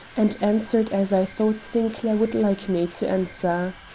and answered as i thought sinclair would like me to answer.